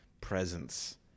presence